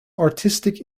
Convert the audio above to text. artistic